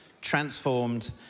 transformed